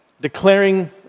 declaring